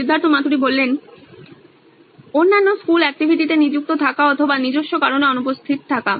Siddharth Maturi C E O নোইন electronics অন্যান্য school অ্যাকটিভিটিতে নিযুক্ত থাকা অথবা নিজস্ব কারণে অনুপস্থিত থাকা